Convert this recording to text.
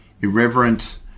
irreverent